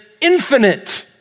infinite